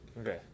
Okay